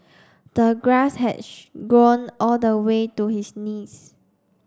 the grass had grown all the way to his knees